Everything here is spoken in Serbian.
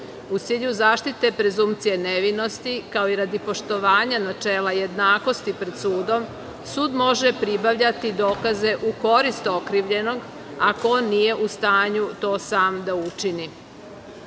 u cilju zaštite prezunkcije nevinosti, kao i radi poštovanja načela jednakosti pred sudom sud može pribavljati dokaze u korist okrivljenog ako on nije u stanju to sam da